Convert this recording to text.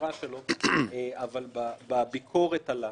הפשרה שלו אבל בביקורת עליה.